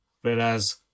whereas